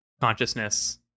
consciousness